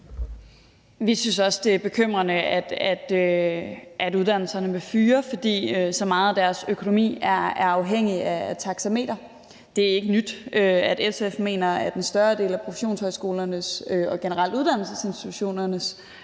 Vi synes også, det er bekymrende, at man på uddannelserne vil fyre, fordi så meget af deres økonomi er afhængig af taxameteret. Det er ikke nyt, at SF mener, at en større del af professionshøjskolernes og generelt uddannelsesinstitutionernes